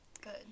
Good